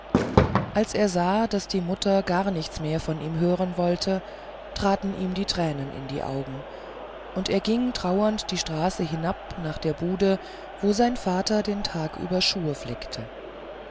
als er sah daß die mutter gar nichts mehr von ihm hören wollte traten ihm die tränen in die augen und er ging traurend die straße hinab nach der bude wo sein vater den tag über schuhe flickte